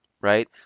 right